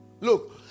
Look